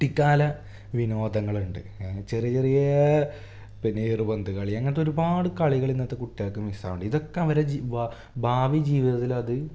കുട്ടിക്കാല വിനോദങ്ങളുണ്ട് ചെറിയ ചെറിയ പിന്നെ ഏറ് പന്ത് കളി അങ്ങനത്തൊരുപാട് കളികൾ ഇന്നത്തെ കുട്ടികൾക്ക് മിസ്സാവുന്നുണ്ട് ഇതൊക്കെ അവരെ ഭാവി ജീവിതത്തില് അത്